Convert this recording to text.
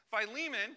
Philemon